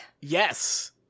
Yes